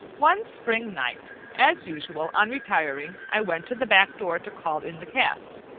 one spring night, as usual on retiring, i went to the back door to call in the cats.